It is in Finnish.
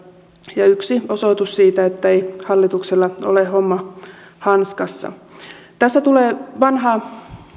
ja yksi osoitus siitä ettei hallituksella ole homma hanskassa tässä tulee vanha